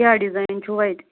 کیٛاہ ڈِزایِن چھُواَتہِ